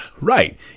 Right